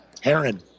Heron